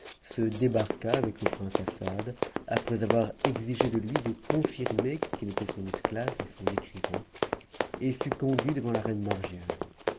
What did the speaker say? se débarqua avec le prince assad après avoir exigé de lui de connrmer qu'il était son esclave et son écrivain et fut conduit devant la reine